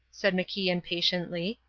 said macian patiently,